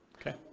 Okay